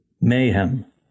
mayhem